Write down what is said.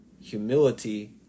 Humility